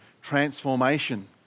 transformation